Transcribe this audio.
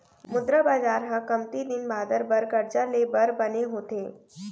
मुद्रा बजार ह कमती दिन बादर बर करजा ले बर बने होथे